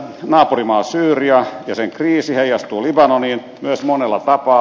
naapurimaa syyria ja sen kriisi heijastuu libanoniin myös monella tapaa